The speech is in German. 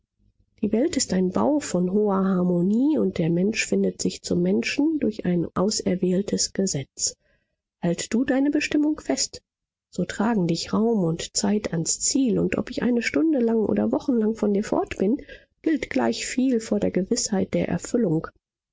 die welt ist ein bau von hoher harmonie und der mensch findet sich zum menschen durch ein auserwähltes gesetz halte du deine bestimmung fest so tragen dich raum und zeit ans ziel und ob ich eine stunde lang oder wochenlang von dir fort bin gilt gleichviel vor der gewißheit der erfüllung